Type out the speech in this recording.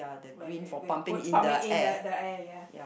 where we we put pumping in the the air ya